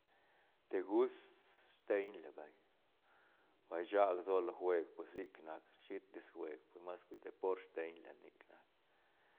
De gust tseiñ la vay bal rsag lsoa jueg pues sic nac ne shitis jueg mas que deport steiñ la nic nac.